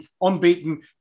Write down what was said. unbeaten